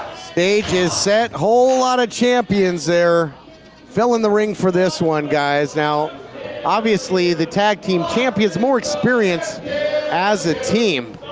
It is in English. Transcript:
stage is set whole lot of champions there filling the ring for this one guys. now obviously the tag team champions more experience as a team.